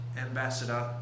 ambassador